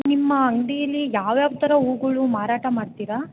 ನಿಮ್ಮ ಅಂಗಡಿಲಿ ಯಾವ ಯಾವ ಥರ ಹೂಗಳು ಮಾರಾಟ ಮಾಡ್ತೀರಾ